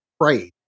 pray